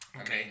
okay